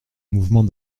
mouvement